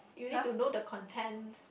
you need to know the content